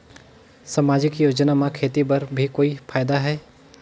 समाजिक योजना म खेती बर भी कोई फायदा है?